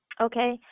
Okay